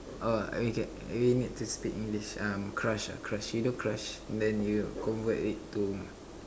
oh okay you need to speak English um crush ah crush you know crush then you convert it to